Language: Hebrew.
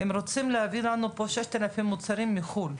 הם רוצים להביא לנו לפה 6,000 מוצרים מחו"ל.